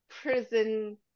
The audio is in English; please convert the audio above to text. prison